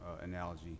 analogy